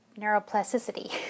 neuroplasticity